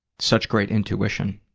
such great intuition.